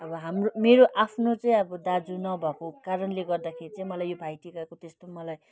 अब हाम्रो मेरो आफ्नो चाहिँ अब दाजु नभएको कारणले गर्दाखेरि चाहिँ मलाई यो भाइटिकाको त्यस्तो मलाई